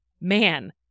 man